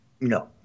No